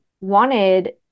wanted